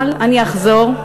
אבל אני אחזור,